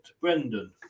Brendan